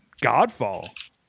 Godfall